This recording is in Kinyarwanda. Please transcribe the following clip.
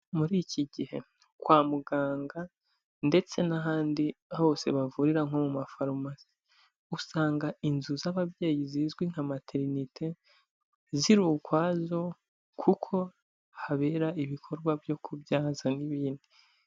Muri iki gihe kwa muganga ndetse n'ahandi hose bavurira nko mu mafarumasi, usanga inzu z'ababyeyi, zizwi nka materinite ziri ukwazo kuko habera ibikorwa byo kubyaza n'ibindi.